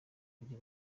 kujya